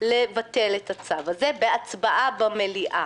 לבטל את הצו הזה בהצבעה במליאה.